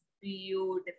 beautiful